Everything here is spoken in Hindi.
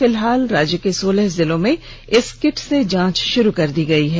फिलहाल राज्य के सोलह जिलों में इस किट से जांच आरंभ हो गई है